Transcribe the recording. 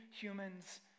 humans